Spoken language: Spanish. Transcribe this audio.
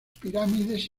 pirámides